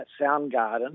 Soundgarden